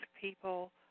people